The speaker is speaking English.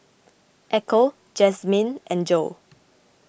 Echo Jazmine and Joe